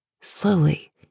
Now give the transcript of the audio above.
Slowly